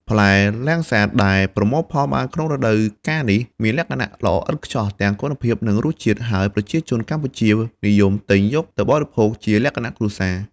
ផ្លែលាំងសាតដែលប្រមូលផលបានក្នុងរដូវកាលនេះមានលក្ខណៈល្អឥតខ្ចោះទាំងគុណភាព និងរសជាតិ ហើយប្រជាជនកម្ពុជានិយមទិញយកទៅបរិភោគជាលក្ខណៈគ្រួសារ។